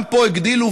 גם פה הגדילו,